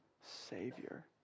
Savior